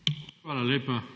Hvala lepa.